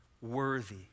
worthy